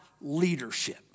leadership